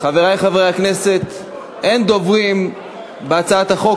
חברי חברי הכנסת, אין דוברים בהצעת החוק.